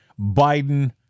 Biden